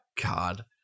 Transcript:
God